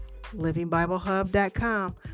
livingbiblehub.com